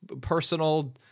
personal